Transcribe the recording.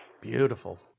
Beautiful